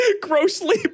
grossly